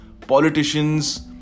politicians